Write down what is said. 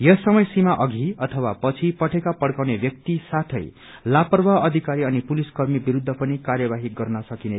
यस समय सिमा अघि अथवा पछि पटेका पड़काउने व्याक्ति साथै लापरवाह अधिकारी अनि पुलिस कर्मी विरूद्ध पनि कार्यवाही गर्न सकिने